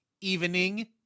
evening